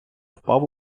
впав